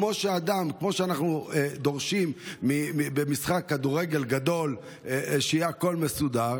כמו שבמשחק כדורגל גדול אנחנו דורשים שהכול יהיה מסודר,